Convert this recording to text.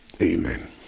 Amen